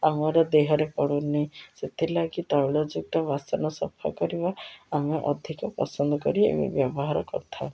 ଆମର ଦେହରେ ପଡ଼ୁନି ସେଥିଲାଗି ତୈଳଯୁକ୍ତ ବାସନ ସଫା କରିବା ଆମେ ଅଧିକ ପସନ୍ଦ କରି ଏହା ବ୍ୟବହାର କରିଥାଉ